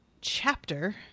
chapter